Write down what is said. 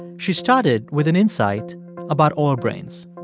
she started with an insight about all brains.